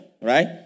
right